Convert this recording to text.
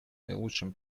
наилучшим